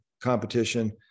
competition